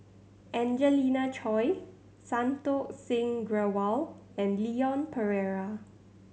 Angelina Choy Santokh Singh Grewal and Leon Perera